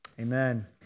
Amen